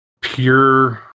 pure